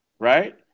Right